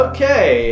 Okay